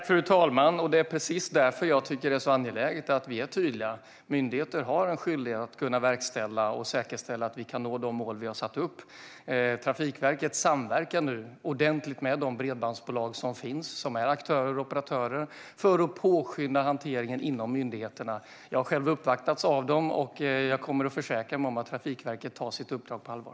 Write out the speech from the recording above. Fru talman! Det är precis därför det är angeläget är vi är tydliga. Myndigheter har en skyldighet att kunna verkställa och säkerställa att vi kan nå de mål vi har satt upp. Trafikverket samverkar nu ordentligt med de bredbandsbolag som finns och som är aktörer och operatörer för att påskynda hanteringen inom myndigheterna. Jag har själv uppvaktats av dem. Och jag kommer att försäkra mig om att Trafikverket tar sitt uppdrag på allvar.